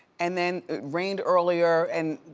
and then it rained earlier, and,